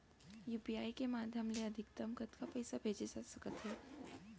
UPI के माधयम ले अधिकतम कतका पइसा भेजे जाथे सकत हे?